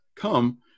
Come